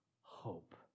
hope